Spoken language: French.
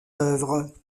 œuvres